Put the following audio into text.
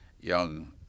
young